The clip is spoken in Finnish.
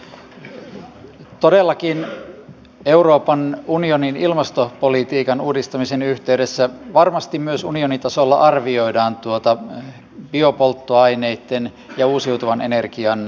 todellakin euroopan unionin ilmastopolitiikan uudistamisen yhteydessä varmasti myös unionin tasolla arvioidaan biopolttoaineitten ja uusiutuvan energian kestävyyttä